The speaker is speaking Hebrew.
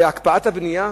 והקפאת הבנייה?